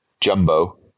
Jumbo